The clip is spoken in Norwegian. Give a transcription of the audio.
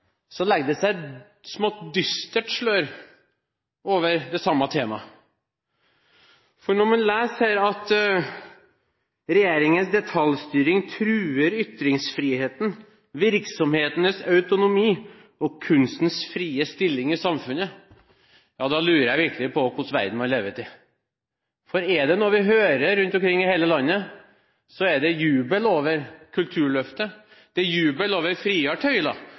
så legger det seg et litt dystert slør over det samme temaet. Når man leser her at «regjeringens detaljstyring truer ytringsfriheten, virksomhetenes autonomi og kunstens frie stilling i samfunnet», da lurer jeg virkelig på hvilken verden man lever i. For er det er noe vi hører rundt omkring i hele landet, så er det jubel over Kulturløftet, det er jubel over